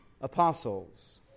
apostles